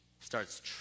starts